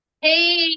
Hey